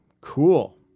Cool